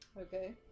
Okay